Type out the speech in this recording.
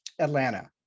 atlanta